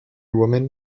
women